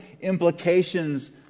implications